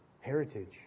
Heritage